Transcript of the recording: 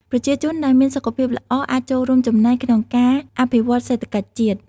ប្រជាជនដែលមានសុខភាពល្អអាចចូលរួមចំណែកក្នុងការអភិវឌ្ឍសេដ្ឋកិច្ចជាតិ។